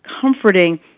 comforting